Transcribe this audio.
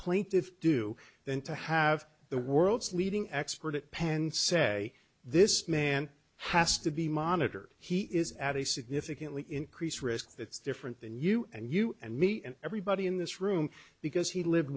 plaintiff do than to have the world's leading expert at penn say this man has to be monitored he is at a significantly increased risk that's different than you and you and me and everybody in this room because he lived